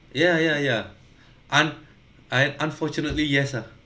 yeah yeah yeah I'm I unfortunately yes ah